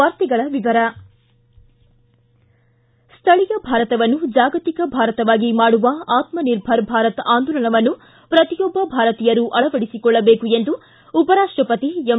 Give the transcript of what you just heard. ವಾರ್ತೆಗಳ ವಿವರ ಸ್ಥಳೀಯ ಭಾರತವನ್ನು ಜಾಗತಿಕ ಭಾರತವಾಗಿ ಮಾಡುವ ಆತ್ಮನಿರ್ಭರ ಭಾರತ ಆಂದೋಲನವನ್ನು ಪ್ರತಿಯೊಬ್ಬ ಭಾರತೀಯರೂ ಅಳವಡಿಸಿಕೊಳ್ಳಬೇಕು ಎಂದು ಉಪರಾಷ್ಷಪತಿ ಎಂ